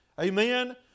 Amen